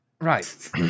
Right